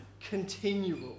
continual